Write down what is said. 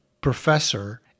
professor